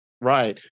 right